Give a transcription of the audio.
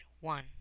one